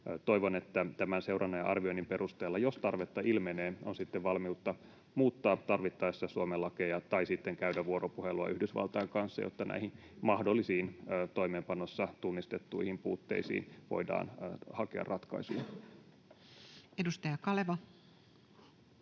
Toivon, että tämän seurannan ja arvioinnin perusteella, jos tarvetta ilmenee, on sitten valmiutta muuttaa tarvittaessa Suomen lakeja tai sitten käydä vuoropuhelua Yhdysvaltain kanssa, jotta näihin mahdollisiin toimeenpanossa tunnistettuihin puutteisiin voidaan hakea ratkaisuja.